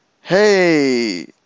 hey